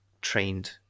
trained